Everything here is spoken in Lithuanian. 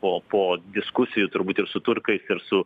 po po diskusijų turbūt ir su turkais ir su